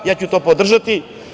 Ja ću to podržati.